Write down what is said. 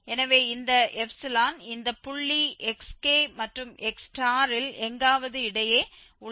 எனவே இந்த ξ இந்த புள்ளி xk மற்றும் xயில் எங்காவது இடையே உள்ளது